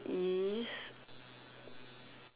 is